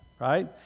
right